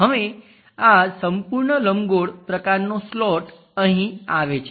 હવે આ સંપૂર્ણ લંબગોળ પ્રકારનો સ્લોટ અહીં આવે છે